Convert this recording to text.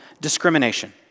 discrimination